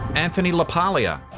anthony la paglia.